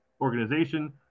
organization